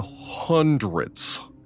hundreds